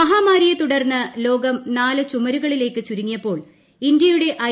മഹാമാരിയെ തുടർന്ന് ലോകം നാല് ചുമരുകളിലേക്ക് ചുരു ങ്ങിയപ്പോൾ ഇന്ത്യയുടെ ഐ